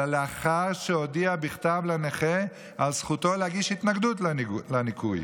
אלא לאחר שהודיע בכתב לנכה על זכותו להגיש התנגדות לניכוי.